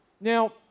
Now